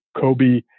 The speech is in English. Kobe